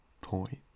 point